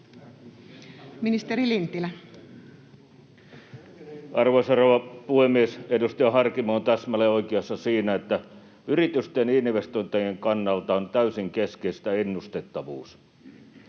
Ministeri Lintilä. Arvoisa rouva puhemies! Edustaja Harkimo on täsmälleen oikeassa siinä, että yritysten investointien kannalta ennustettavuus